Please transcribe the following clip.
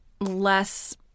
less